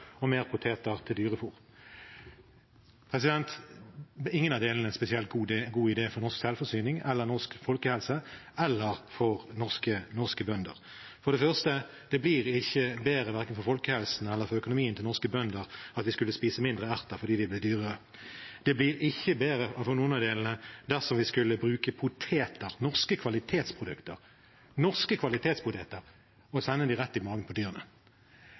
og mer poteter til dyrefôr. Ingen av delene er en spesielt god idé for norsk selvforsyning, norsk folkehelse eller norske bønder. Det blir ikke bedre, verken for folkehelsen eller økonomien til norske bønder, at vi skulle spise færre erter fordi de blir dyrere. Det blir ikke bedre for noen av delene dersom vi skulle bruke poteter, norske kvalitetspoteter, og sende dem rett i magen til dyrene.